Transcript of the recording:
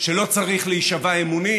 שלא צריך להישבע אמונים,